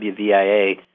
WVIA